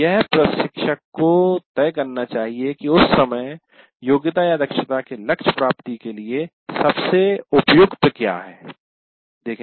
एक प्रशिक्षक को यह तय करना चाहिए कि उस समय योग्यतादक्षता के लक्ष्य प्राप्ति के लिए सबसे उपयुक्त क्या हैं